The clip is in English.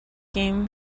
game